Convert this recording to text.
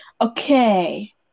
okay